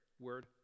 word